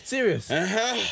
Serious